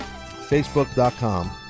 Facebook.com